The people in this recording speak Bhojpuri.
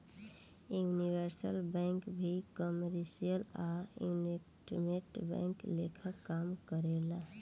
यूनिवर्सल बैंक भी कमर्शियल आ इन्वेस्टमेंट बैंक लेखा काम करेले